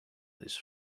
this